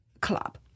club